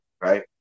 right